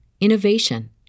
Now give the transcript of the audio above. innovation